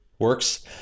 works